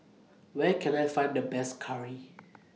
Where Can I Find The Best Curry